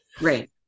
Right